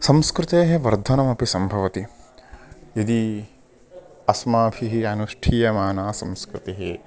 संस्कृतेः वर्धनमपि सम्भवति यदि अस्माभिः अनुष्ठीयमाना संस्कृतिः